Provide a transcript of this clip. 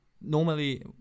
normally